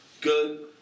good